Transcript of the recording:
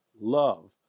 love